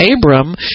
Abram